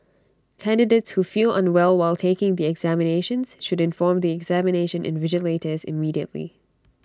candidates who feel unwell while taking the examinations should inform the examination invigilators immediately